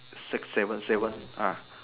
six seven seven ah